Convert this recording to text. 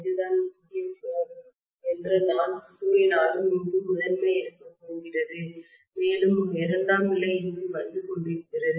இதுதான் முக்கிய கோர் என்று நான் கூறினாலும் இங்கு முதன்மை இருக்கப் போகிறது மேலும் ஒரு இரண்டாம் நிலை இங்கு வந்து கொண்டிருக்கிறது